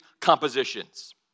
compositions